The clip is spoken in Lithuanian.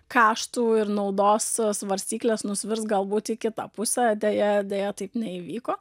kaštų ir naudos svarstyklės nusvirs galbūt į kitą pusę deja deja taip neįvyko